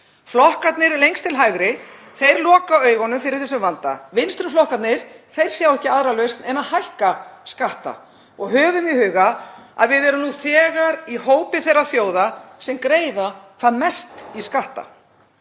Flokkarnir lengst til hægri loka augunum fyrir þessum vanda. Vinstri flokkarnir sjá ekki aðra lausn en að hækka skatta. Höfum í huga að við erum nú þegar í hópi þeirra þjóða sem greiða hvað mest í skatta.